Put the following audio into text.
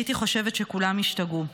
הייתי חושבת שכולם השתגעו.